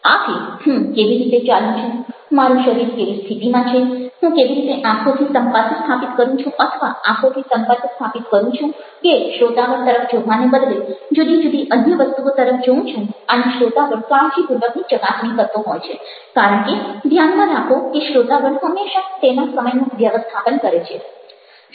આથી હું કેવી રીતે ચાલુ છું મારું શરીર કેવી સ્થિતિમાં છે હું કેવી રીતે આંખોથી સંપર્ક સ્થાપિત કરું છું અથવા આંખોથી સંપર્ક સ્થાપિત કરું છું કે શ્રોતાગણ તરફ જોવાને બદલે જુદી જુદી અન્ય વસ્તુઓ તરફ જોઉં છું આની શ્રોતાગણ કાળજીપૂર્વકની ચકાસણી કરતો હોય છે કારણ કે ધ્યાનમાં રાખો કે શ્રોતાગણ હંમેશા તેના સમયનું વ્યવસ્થાપન કરે છે